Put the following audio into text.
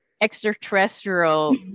extraterrestrial